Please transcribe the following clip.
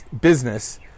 business